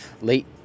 late